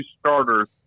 starters